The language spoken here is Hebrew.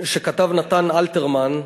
שכתב נתן אלתרמן,